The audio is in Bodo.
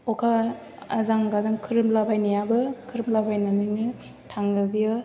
अखा आजां गाजां खोरोमलाबायनायाबो खोरोमलाबायनानैनो थाङो बेयो